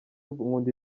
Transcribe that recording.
nkunda